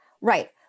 Right